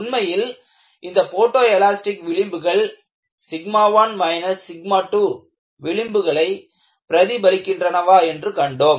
உண்மையில் இந்த photoelastic விளிம்புகள் 1 2விளிம்புகளை பிரதிபலிக்கின்றனவா என்று கண்டோம்